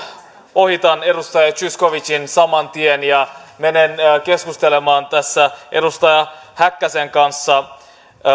ohitan edustaja zyskowiczin saman tien ja menen keskustelemaan edustaja häkkäsen kanssa